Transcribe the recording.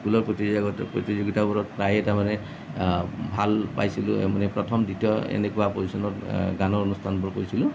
স্কুলৰ প্ৰতিযোগীতাবোৰত প্ৰায়ে তাৰমানে ভাল পাইছিলোঁ প্ৰথম দ্বিতীয় এনেকুৱা পজিচনত গানৰ অনুষ্ঠানবোৰ কৰিছিলোঁ